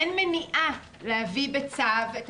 אין מניעה להביא בצו את